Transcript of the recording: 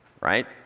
right